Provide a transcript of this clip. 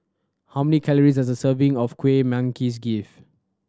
how many calories does a serving of Kueh Manggis give